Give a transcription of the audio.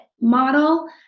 model